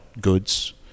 goods